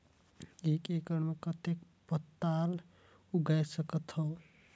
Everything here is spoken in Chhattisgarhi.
एक एकड़ मे कतेक पताल उगाय सकथव?